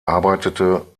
arbeitete